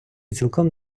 цілком